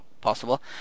possible